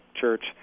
church